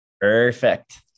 Perfect